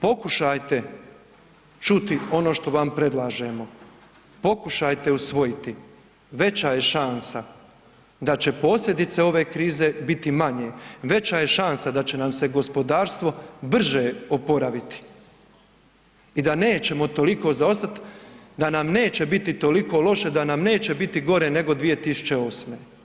Pokušajte čuti ono što vam predlažemo, pokušajte usvojiti veća je šansa da će posljedice ove krize biti manje, veća je šansa da će nam se gospodarstvo brže oporaviti i da nećemo toliko zaostat, da nam neće biti toliko loše, da nam neće biti gore nego 2008.